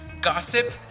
gossip